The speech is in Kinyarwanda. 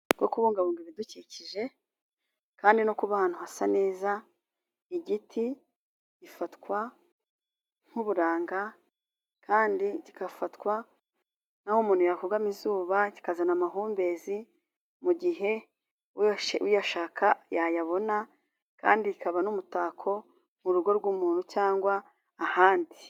Nko kubungabunga ibidukikije kandi no kubana hasa neza, igiti gifatwa nk'uburanga kandi kigafatwa nk'aho umuntu yakugama izuba, kikazana amahumbezi mu gihe uyashaka yayabona, kandi kikaba n'umutako mu rugo rw'umuntu cyangwa ahandi.